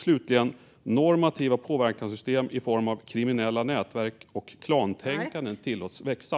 Slutligen tillåts normativa påverkanssystem i form av kriminella nätverk och klantänkande växa.